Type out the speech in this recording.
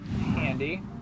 Handy